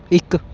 ਇੱਕ